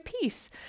peace